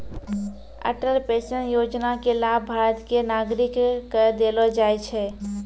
Atal pension Yojana के लाभ भारत के नागरिक क देलो जाय छै